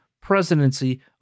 presidency